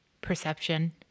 perception